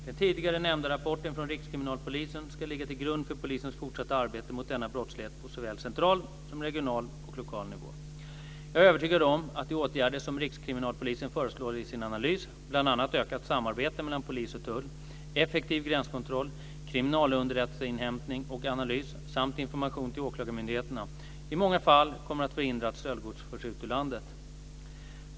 Den tidigare nämnda rapporten från Rikskriminalpolisen ska ligga till grund för polisens fortsatta arbete mot denna brottslighet på såväl central som regional och lokal nivå. Jag är övertygad om att de åtgärder som Rikskriminalpolisen föreslår i sin analys, bl.a. ökat samarbete mellan polis och tull, effektiv gränskontroll, kriminalunderrättelseinhämtning och analys samt information till åklagarmyndigheterna, i många fall kommer att förhindra att stöldgods förs ut ur landet.